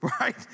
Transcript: right